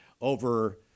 Over